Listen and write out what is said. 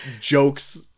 jokes